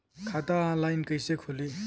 खाता ऑनलाइन कइसे खुली?